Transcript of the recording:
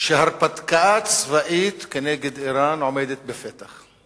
שהרפתקה צבאית כנגד אירן עומדת בפתח.